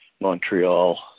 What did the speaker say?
Montreal